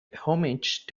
homage